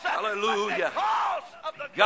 hallelujah